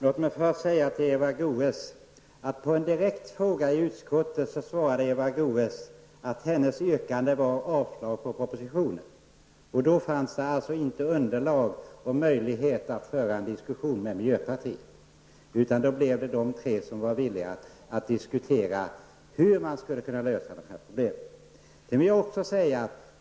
Herr talman! På en direkt fråga i utskottet svarade Eva Goe s att hennes yrkande var ett avslag på propositionen. Då fanns det alltså inte underlag för eller möjlighet att föra en diskussion med miljöpartiet. I stället fick de tre övriga partierna diskutera hur problemen skulle lösas.